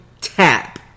tap